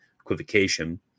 equivocation